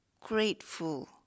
grateful